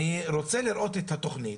אני רוצה לראות את התוכנית